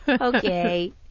Okay